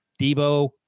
Debo